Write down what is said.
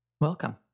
Welcome